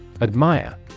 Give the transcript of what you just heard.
Admire